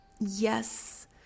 yes